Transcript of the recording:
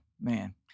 man